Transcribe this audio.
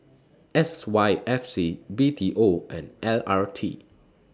S Y F C B T O and L R T